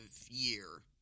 year